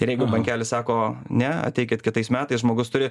ir jeigu bankelis sako ne ateikit kitais metais žmogus turi